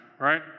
right